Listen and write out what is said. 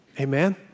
Amen